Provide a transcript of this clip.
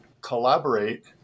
collaborate